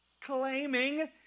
claiming